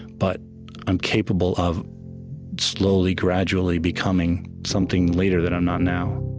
but i'm capable of slowly, gradually becoming something later that i'm not now